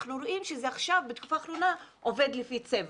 אנחנו רואים שבתקופה האחרונה זה עובד לפי צבע,